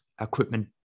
equipment